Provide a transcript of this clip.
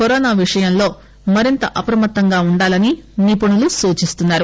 corona విషయంలో మరింత అప్రమత్తంగా ఉండాలని నిపుణులు సూచిస్తున్నారు